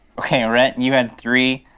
okay rhett, and you had three.